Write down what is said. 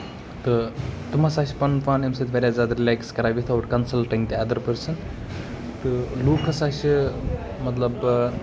تہٕ تِم ہسا چھِ پَنُن پان اَمہِ سۭتۍ واریاہ زیادٕ رِلیکٕس کران without consulting the other person تہٕ لُکھ ہسا چھِ مطلب